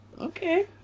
Okay